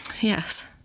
Yes